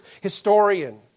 historian